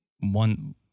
one